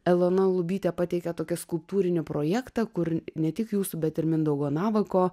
elona lubytė pateikė tokį skulptūrinių projektą kur ne tik jūsų bet ir mindaugo navako